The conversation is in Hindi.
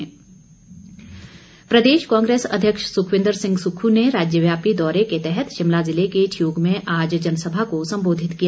सुक्ख प्रदेश कांग्रेस अध्यक्ष सुखविन्दर सिंह सुक्खू ने राज्यव्यापी दौरे के तहत शिमला जिले के ठियोग में आज जनसभा को संबोधित किया